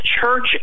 church